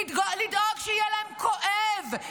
לדאוג שיהיה להם כואב,